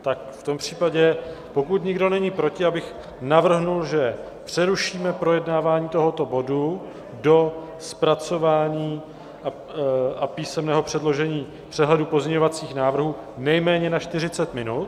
Tak v tom případě, pokud nikdo není proti, bych navrhl, že přerušíme projednávání tohoto bodu do zpracování a písemného předložení přehledu pozměňovacích návrhů nejméně na 40 minut.